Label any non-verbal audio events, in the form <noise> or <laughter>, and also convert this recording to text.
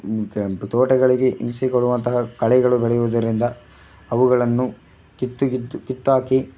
<unintelligible> ತೋಟಗಳಿಗೆ ಹಿಂಸೆ ಕೊಡುವಂತಹ ಕಳೆಗಳು ಬೆಳೆಯುವುದರಿಂದ ಅವುಗಳನ್ನು ಕಿತ್ತು ಕಿತ್ತು ಕಿತ್ತಾಕಿ